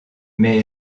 mais